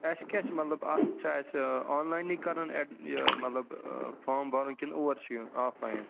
اَسہِ کیٛاہ چھِ مطلب اَتھ چھا اَسہِ آن لاینٕے کَرُن ایٚڈمہِ یہِ مطلب فام بَرُن کِنہٕ اور چھُ یُن آف لاین